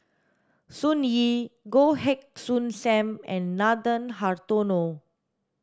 Sun Yee Goh Heng Soon Sam and Nathan Hartono